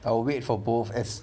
I will wait for both S